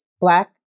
black